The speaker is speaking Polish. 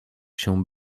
się